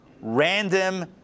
Random